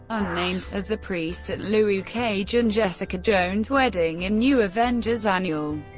unnamed, as the priest at luke cage and jessica jones' wedding in new avengers annual.